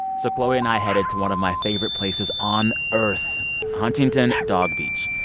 so chloe and i headed to one of my favorite places on earth huntington dog beach.